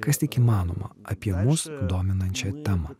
kas tik įmanoma apie mus dominančią temą